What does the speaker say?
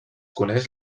coneix